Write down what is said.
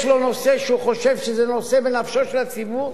לו נושא שהוא חושב שזה נושא בנפשו של הציבור,